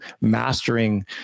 mastering